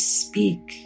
speak